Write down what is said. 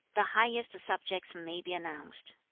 the highest subjects may be announced.